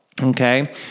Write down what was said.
okay